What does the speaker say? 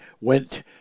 went